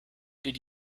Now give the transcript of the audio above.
did